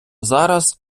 зараз